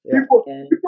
people